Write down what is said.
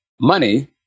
money